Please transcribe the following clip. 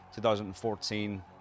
2014